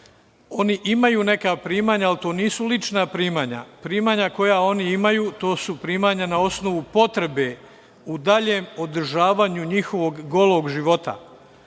Oni imaju neka primanja, ali to nisu lična primanja. Primanja koja oni imaju su primanja na osnovu potrebe u daljem održavanju njihovog golog života.